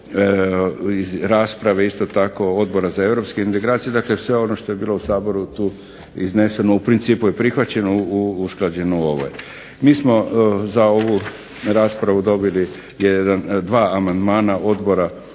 iz rasprave isto tako Odbora za europske integracije, dakle, sve ono što je bilo u Saboru tu izneseno u principu je prihvaćeno usklađeno. MI smo za ovu raspravu dobili dva amandmana Odbora